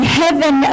heaven